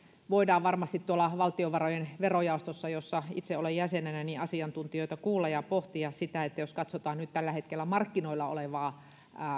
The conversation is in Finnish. varmasti tuolla valtiovarojen verojaostossa jossa itse olen jäsenenä asiantuntijoita kuulla ja pohtia tätä jos katsotaan nyt tällä hetkellä markkinoilla olevaa